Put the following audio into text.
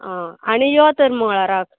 आनी यो तर मंगळाराक